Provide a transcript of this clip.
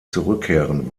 zurückkehren